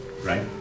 Right